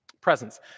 Presence